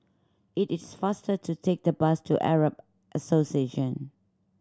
it is faster to take the bus to Arab Association